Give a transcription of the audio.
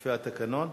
לפי התקנון?